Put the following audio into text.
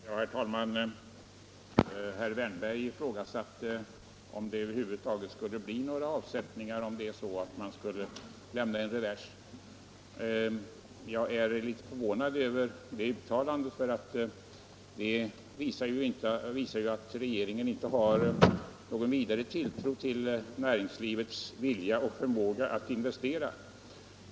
Herr talman! Herr Wärnberg ifrågasatte om det över huvud taget skulle bli några avsättningar om man skulle lämna en revers. Det uttalandet förvånar mig litet, eftersom det ju visar att regeringen inte har någon vidare tilltro till näringslivets vilja och förmåga att investera.